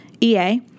EA